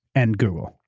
and google.